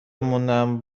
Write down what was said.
موندم